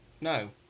No